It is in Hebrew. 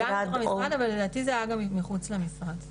גם מתוך המשרד אבל לדעתי זה היה גם מחוץ למשרד.